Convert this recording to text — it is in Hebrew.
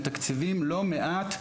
מתקצבים לא מעט,